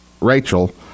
Rachel